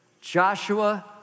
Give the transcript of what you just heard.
Joshua